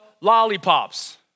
lollipops